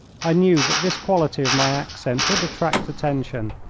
i knew that this quality of my accent would attract attention,